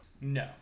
No